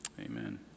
Amen